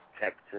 Texas